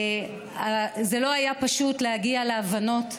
זה לא היה פשוט להגיע להבנות.